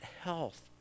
health